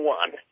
one